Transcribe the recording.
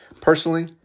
Personally